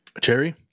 Cherry